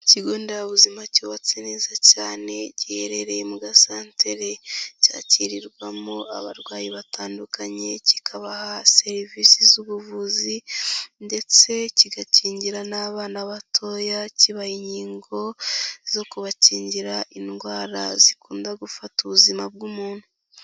Ikigo nderabuzima cyubatse neza cyane giherereye mu gasantere, cyakirirwamo abarwayi batandukanye kikabaha serivisi z'ubuvuzi ndetse kigakingira n'abana batoya kibaha inkingo zo kubakingira indwara zikunda gufata ubuzima bw'umuntu.